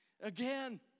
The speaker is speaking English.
Again